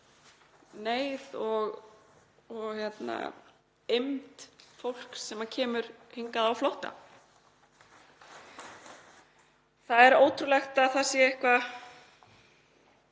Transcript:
neyð og eymd fólks sem kemur hingað á flótta. Það er ótrúlegt að það sé ekki tekið